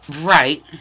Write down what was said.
Right